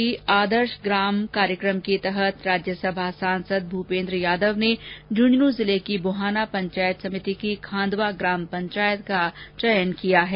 प्रधानमंत्री आदर्श ग्राम कार्यक्रम के तहत राज्यसभा सांसद भूपेन्द्र यादव ने झुन्झुनू जिले की बुहाना पंचायत समिति की खांदवा ग्राम पंचायत का चयन किया है